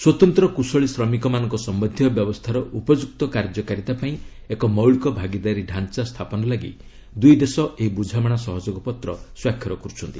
ସ୍ୱତନ୍ତ୍ର କୁଶଳୀ ଶ୍ରମିକମାନଙ୍କ ସମ୍ବନ୍ଧୀୟ ବ୍ୟବସ୍ଥାର ଉପଯୁକ୍ତ କାର୍ଯ୍ୟକାରିତା ପାଇଁ ଏକ ମୌଳିକ ଭାଗିଦାରୀ ତାଞ୍ଚା ସ୍ଥାପନ ଲାଗି ଦୁଇ ଦେଶ ଏହି ବୁଝାମଣା ସହଯୋଗ ପତ୍ର ସ୍ୱାକ୍ଷର କରୁଛନ୍ତି